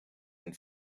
and